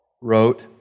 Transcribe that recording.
wrote